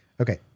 okay